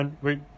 Wait